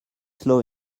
slow